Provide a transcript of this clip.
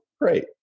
great